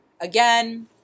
again